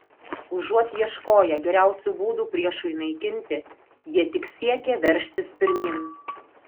užuot ieškoję geriausių būdų priešui naikinti jie tik siekė veržtis pirmyn